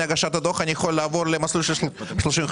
הגשת הדוח אני יכול לעבור למסלול של 35%?